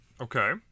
Okay